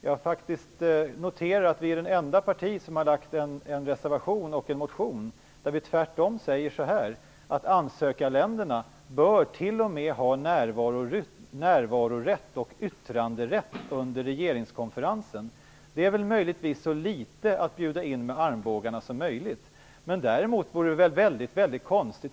Jag har faktiskt noterat att vårt parti är det enda som har avgett en reservation och väckt en motion, där vi tvärtom säger att ansökarländerna t.o.m. bör ha närvarorätt och yttranderätt under regeringskonferensen. Det är väl möjligtvis att bjuda in med armbågarna så litet som möjligt.